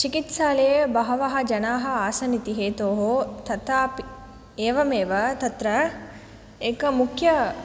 चिकित्सालये बहवः जनाः आसन् इति हेतोः तथापि एवमेव तत्र एक मुख्य